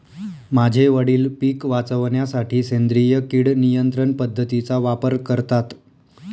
माझे वडील पिक वाचवण्यासाठी सेंद्रिय किड नियंत्रण पद्धतीचा वापर करतात